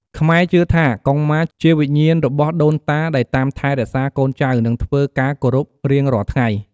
ខ្មែរជឿជាក់ថាកុងម៉ាជាវិញ្ញាណរបស់ដូនតាដែលតាមថែរក្សាកូនចៅ និងធ្វើការគោរពរៀងរាល់ថ្ងៃ។